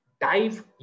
dive